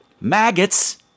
maggots